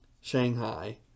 Shanghai